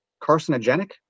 carcinogenic